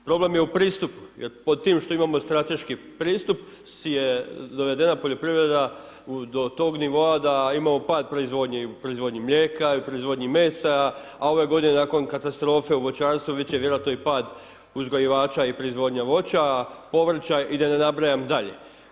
Problem je u pristupu jer pod tim što imamo strateški pristup si je, dovedena poljoprivreda do tog nivoa da imamo pad proizvodnje i u proizvodnji mlijeka i u proizvodnji mesa, a ove godina, nakon katastrofe u voćarstvu, biti će vjerojatno pad i uzgajivača i proizvodnje voća, povrća i da ne nabrajam dalje.